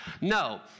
no